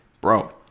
bro